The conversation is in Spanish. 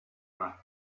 mar